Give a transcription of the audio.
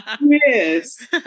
Yes